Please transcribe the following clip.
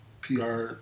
PR